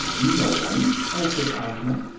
no one, answered ozma.